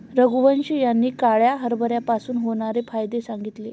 रघुवंश यांनी काळ्या हरभऱ्यापासून होणारे फायदे सांगितले